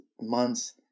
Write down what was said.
months